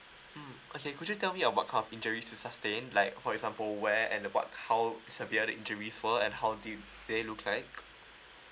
mm okay could you tell me about how injury to sustain like for example where and about how severe the injury were and how did they look like